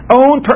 own